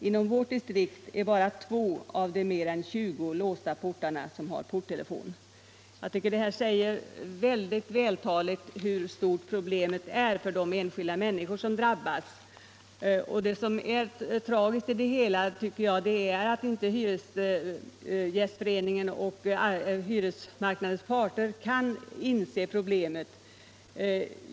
Inom vårt distrikt är det bara 2 av de mer än 20 låsta portarna som har porttelefon.” Jag tycker att detta vältaligt säger hur stort problemet är för de enskilda människor som drabbas. Det tragiska är att inte Hyresgästföreningen och hyresmarknadens parter kan inse problemet.